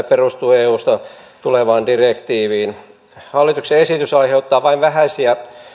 perustuu eusta tulevaan direktiiviin hallituksen esitys aiheuttaa vain vähäisiä